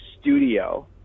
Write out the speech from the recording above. studio